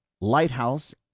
Lighthouse